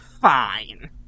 fine